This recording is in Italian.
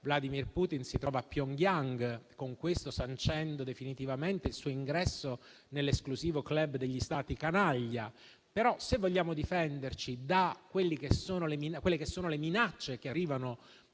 Vladimir Putin si trova a Pyongyang, con questo sancendo definitivamente il suo ingresso nell'esclusivo club degli Stati canaglia. Se vogliamo difenderci dalle minacce che arrivano